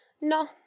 No